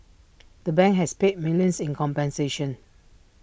the bank has paid millions in compensation